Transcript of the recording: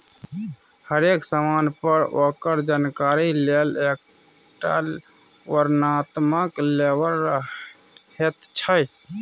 हरेक समान पर ओकर जानकारी लेल एकटा वर्णनात्मक लेबल रहैत छै